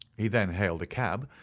he then hailed a cab,